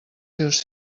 seus